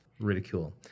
ridicule